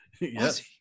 Yes